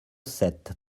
sept